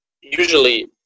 usually